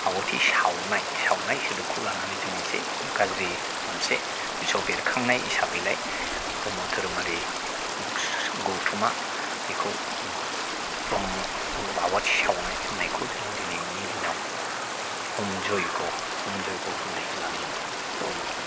आवाथि सावनाय सावनाय सोदोबखौ लानानै जों एसे गारजि मोनसे गोसोआव बेरखांनाय हिसाबैलाय ब्रह्म धोरोमारि गौथुमा बेखौ ब्रह्मखौ आवाथि सावनाय होननायखौ जोङो दिनैनि दिनाव हम जैग' हम जैग' होनाय होननानै बुंबाय